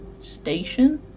station